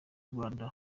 rwanda